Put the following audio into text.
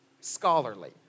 scholarly